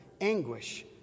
anguish